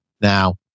Now